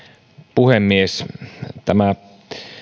puhemies tämä